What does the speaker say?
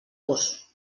gos